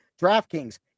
DraftKings